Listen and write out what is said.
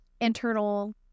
internal